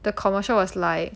the commercial was like